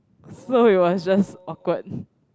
so it was just awkward